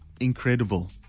Incredible